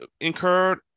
incurred